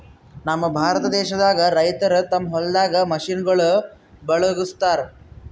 ನಮ್ ಭಾರತ ದೇಶದಾಗ್ ರೈತರ್ ತಮ್ಮ್ ಹೊಲ್ದಾಗ್ ಮಷಿನಗೋಳ್ ಬಳಸುಗತ್ತರ್